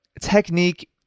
technique